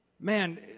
Man